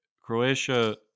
Croatia